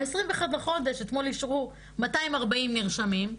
ב-21 בחודש אתמול אישרו 240 נרשמים,